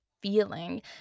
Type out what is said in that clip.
feeling